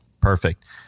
Perfect